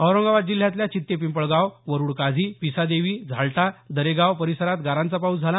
औरंगाबाद जिल्ह्यातल्या चित्तेपिंपळगाव वरुड काझी पिसादेवी झाल्टा दरेगाव परिसरात गारांचा पाऊस झाला